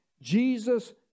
Jesus